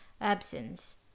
absence